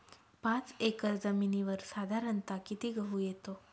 पाच एकर जमिनीवर साधारणत: किती गहू येतो?